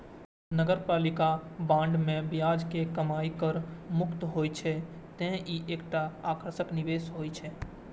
नगरपालिका बांड मे ब्याज के कमाइ कर मुक्त होइ छै, तें ई एकटा आकर्षक निवेश होइ छै